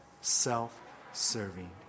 self-serving